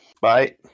Bye